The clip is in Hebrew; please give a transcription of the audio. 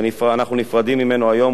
אנחנו נפרדים ממנו היום,